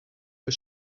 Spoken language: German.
für